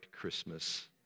Christmas